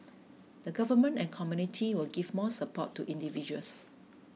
the government and community will give more support to individuals